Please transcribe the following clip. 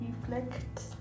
reflect